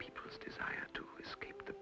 people's desire to escape the